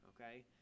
okay